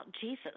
Jesus